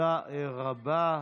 תודה רבה.